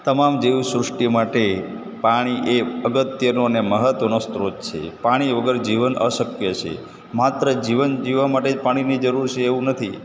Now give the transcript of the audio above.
તમામ જીવસૃષ્ટિ માટે પાણી એક અગત્યનો અને મહત્ત્વનો સ્ત્રોત છે પાણી વગર જીવન અશક્ય છે માત્ર જીવન જીવવાં માટે જ પાણીની જરૂર છે એવું નથી